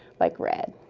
like red,